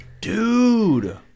Dude